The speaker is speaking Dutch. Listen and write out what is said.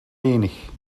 lenig